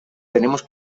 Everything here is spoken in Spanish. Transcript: tenemos